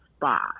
five